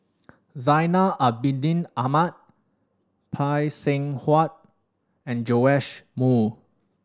Zainal Abidin Ahmad Phay Seng Whatt and Joash Moo